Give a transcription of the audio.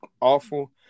awful